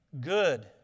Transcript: good